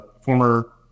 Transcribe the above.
former